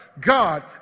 God